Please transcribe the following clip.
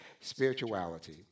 spirituality